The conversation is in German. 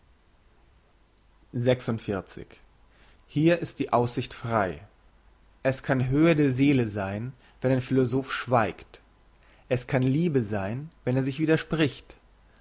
hier ist die aussicht frei es kann höhe der seele sein wenn ein philosoph schweigt es kann liebe sein wenn er sich widerspricht